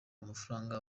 amafaranga